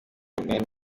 men